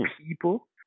people